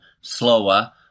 slower